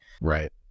Right